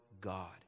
God